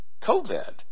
COVID